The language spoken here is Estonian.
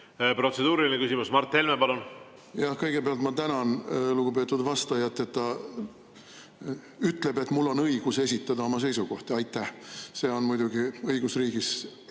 Protseduuriline küsimus, Mart Helme, palun! Jah. Kõigepealt ma tänan lugupeetud vastajat, et ta ütleb, et mul on õigus esitada oma seisukohti. Aitäh! See on muidugi õigusriigis